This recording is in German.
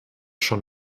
schon